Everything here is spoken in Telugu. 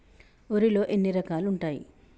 వరిలో ఎన్ని రకాలు ఉంటాయి?